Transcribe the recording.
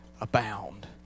abound